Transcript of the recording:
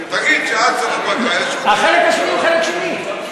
תגיד שעד סוף הפגרה יש, החלק השני הוא חלק שני.